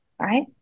Right